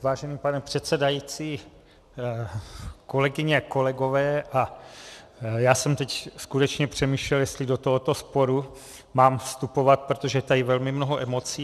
Vážený pane předsedající, kolegyně, kolegové, já jsem teď skutečně přemýšlel, jestli do tohoto sporu mám vstupovat, protože je tady velmi mnoho emocí.